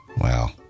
Wow